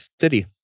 City